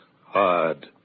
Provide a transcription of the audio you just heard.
hard